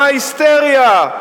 מה ההיסטריה?